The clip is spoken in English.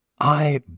I